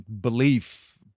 belief